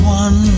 one